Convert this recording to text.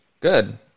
Good